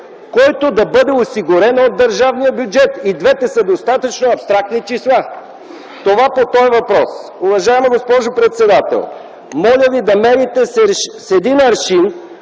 който да бъде осигурен от държавния бюджет. И двете са достатъчно абстрактни числа. Това – по този въпрос. Уважаема госпожо председател, моля да мерите с един аршин,